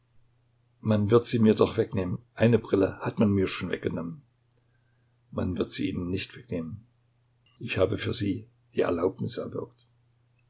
man wird sie mir doch wegnehmen eine brille hat man mir schon weggenommen man wird sie ihnen nicht wegnehmen ich habe für sie die erlaubnis erwirkt